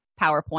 PowerPoint